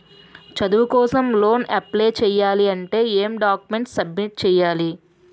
చదువు కోసం loan apply చేయాలి అంటే ఎం డాక్యుమెంట్స్ సబ్మిట్ చేయాలి?